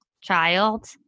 child